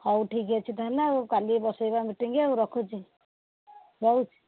ହଉ ଠିକ୍ ଅଛି ତାହେଲେ ଆଉ କାଲି ବସାଇବା ମିଟିଂ ଆଉ ରଖୁଛି ରହୁଛି